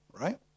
right